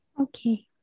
okay